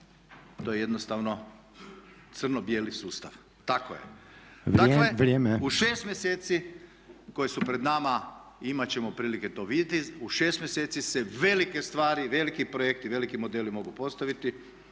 To je jednostavno crno bijeli sustav. Tako je. …/Upadica: Vrijeme./… Dakle u 6 mjeseci koje su pred nama i imati ćemo prilike to vidjeti, u 6 mjeseci se velike stvari, veliki projekti i veliki modeli mogu postaviti.